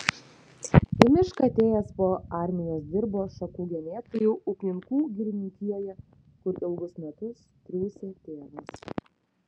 į mišką atėjęs po armijos dirbo šakų genėtoju upninkų girininkijoje kur ilgus metus triūsė tėvas